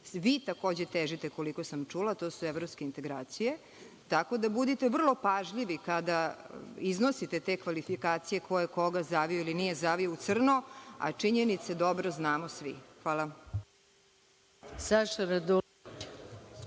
vi takođe težite, koliko sam čula, to su evropske integracije. Tako da budite vrlo pažljivi kada iznosite te kvalifikacije ko je koga zavio ili nije zavio u crno, ali činjenice vrlo dobro znamo svi. Hvala